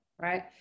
Right